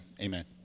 Amen